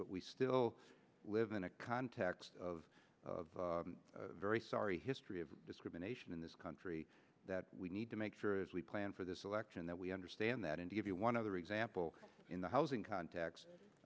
but we still live in a context of very sorry history of discrimination in this country that we need to make sure as we plan for this election that we understand that and give you one other example in the housing cont